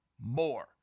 more